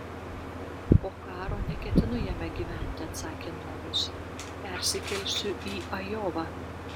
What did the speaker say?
po karo neketinu jame gyventi atsakė nojus persikelsiu į ajovą